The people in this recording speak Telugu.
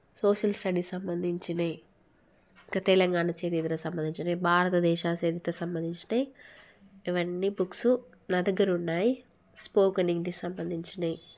సోషల్ స్టడీస్ సంబంధించినవి ఇంకా తెలంగాణ చరిత్రకి సంబంధించినవి భారతదేశ చరిత్ర సంబంధించినవి ఇవన్నీ బుక్స్ నా దగ్గర ఉన్నాయి స్పోకెన్ ఇంగ్లీష్ సంబంధించినవి